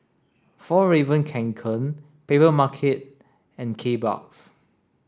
Fjallraven Kanken Papermarket and Kbox